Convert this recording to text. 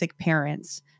parents